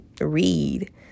read